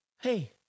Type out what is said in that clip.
hey